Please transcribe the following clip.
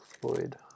Floyd